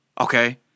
okay